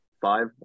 five